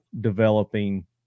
developing